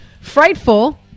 frightful